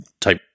type